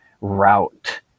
route